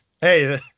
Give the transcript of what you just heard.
Hey